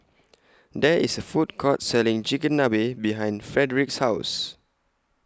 There IS A Food Court Selling Chigenabe behind Fredrick's House